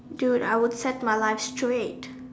dude I will set my life straight